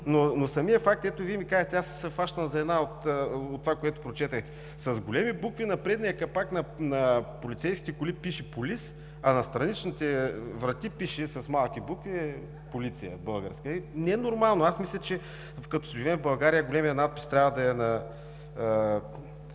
Но самият факт, ето Вие ми казвате, аз се хващам за това, което прочетохте. С големи букви на предния капак на полицейските коли пише „Police“, а на страничните врати пише с малки букви „Полиция“ на български. Не е нормално, аз мисля, че като живеем в България големият надпис трябва да е на